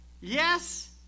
Yes